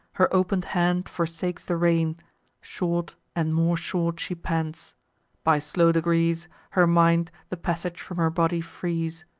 her open'd hand forsakes the rein short, and more short, she pants by slow degrees her mind the passage from her body frees.